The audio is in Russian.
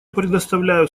предоставляю